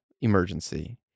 emergency